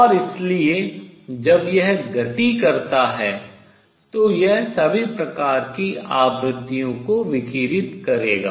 और इसलिए जब यह गति करता है तो यह सभी प्रकार की आवृत्तियों को विकिरित करेगा